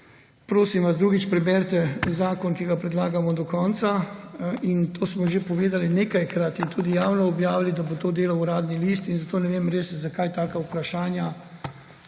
prosim vas, drugič preberite zakon, ki ga predlagamo, do konca. Povedali smo že nekajkrat in tudi javno objavili, da bo to delal Uradni list, zato res ne vem, zakaj taka vprašanja,